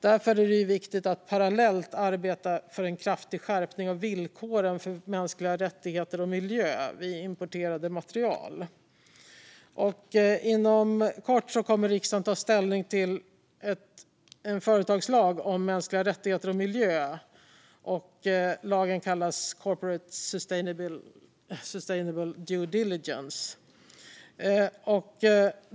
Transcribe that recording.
Det är därför viktigt att parallellt arbeta för en kraftig skärpning av villkoren för mänskliga rättigheter och miljö vid import av material. Inom kort kommer riksdagen att ta ställning till en företagslag om mänskliga rättigheter och miljö. Lagen kallas Corporate Sustainable Due Diligence.